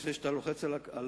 לפני שאתה לוחץ על השעון,